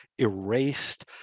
erased